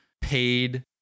paid